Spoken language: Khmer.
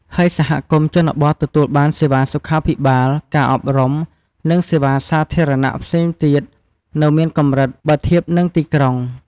ហើយសហគមន៍ជនបទទទួលបានសេវាសុខាភិបាល ការអប់រំ និងសេវាសាធារណៈផ្សេងទៀតនៅមានកម្រិតបើធៀបនឹងទីក្រុង។